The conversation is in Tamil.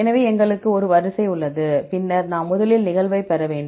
எனவே எங்களுக்கு ஒரு வரிசை உள்ளது பின்னர் நாம் முதலில் நிகழ்வைப் பெற வேண்டும்